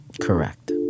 Correct